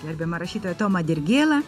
gerbiamą rašytoją tomą dirgėlą